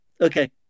okay